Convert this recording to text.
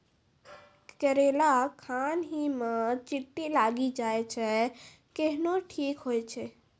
करेला खान ही मे चित्ती लागी जाए छै केहनो ठीक हो छ?